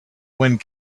wind